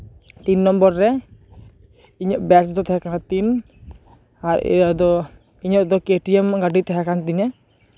ᱛᱤᱱ ᱱᱚᱢᱵᱚᱨ ᱨᱮ ᱤᱧᱟᱹᱜ ᱵᱮᱪ ᱫᱚ ᱛᱟᱦᱮᱸ ᱠᱟᱱᱟ ᱛᱤᱱ ᱟᱨ ᱤᱭᱟᱹ ᱫᱚ ᱟᱨ ᱤᱧᱟᱹᱜ ᱫᱚ ᱠᱮᱴᱤᱮᱢ ᱜᱟᱹᱰᱤ ᱛᱟᱦᱮᱸ ᱠᱟᱱ ᱛᱤᱧᱟᱹ